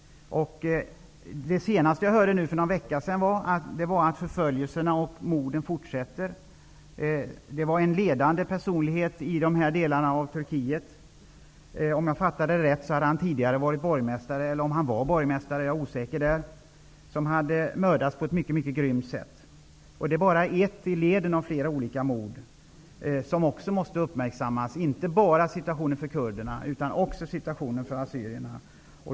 Det senaste jag hörde för någon vecka sedan var att förföljerserna och morden fortsätter. En ledande personlighet -- om han var borgmästare eller om han hade varit borgmästare är jag osäker på -- hade mördats på ett mycket grymt sätt. Det är bara ett i leden av flera olika mord som måste uppmärksammas, liksom situationen för assyrierna, inte bara för kurderna.